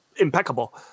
impeccable